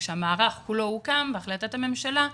כשהמערך כולו הוקם בהחלטת הממשלה,